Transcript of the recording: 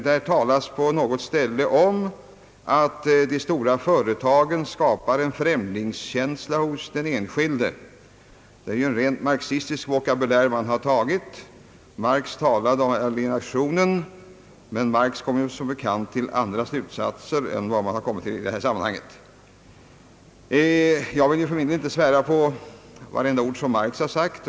Där talas på något ställe om att de stora företagen skapar en »främlingskänsla hos den enskilde». Det är ju en rent marxistisk vokabulär. Marx talade om alienationen, men Marx kom som bekant till andra slutsatser än man har kommit till i detta sammanhang. Jag vill för min del inte svära på varje ord som Marx har sagt.